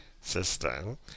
system